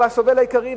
והוא הסובל העיקרי.